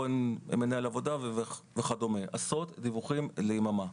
פה אין מנהל עבודה וכדומה עשרות דיווחים ליממה,